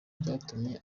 byatumye